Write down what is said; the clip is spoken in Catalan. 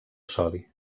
sodi